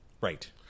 Right